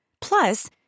Plus